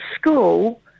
school